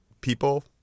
people